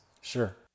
sure